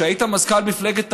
שהיית מזכ"ל מפלגת העבודה,